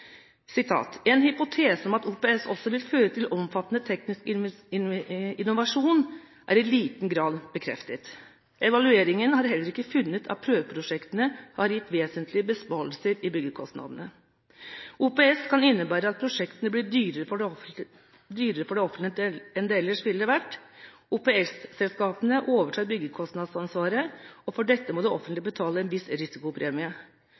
TØI-rapporten: «En hypotese om at OPS også vil føre til omfattende teknisk innovasjon, er i liten grad bekreftet. Evalueringen har heller ikke funnet at prøveprosjektene har gitt vesentlige besparelser i byggekostnadene. OPS kan innebære at prosjektene blir dyrere for det offentlige enn de ellers ville vært. OPS-selskapene overtar byggekostnadsansvaret, og for dette må det offentlige betale en viss risikopremie.